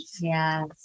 Yes